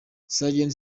sergeant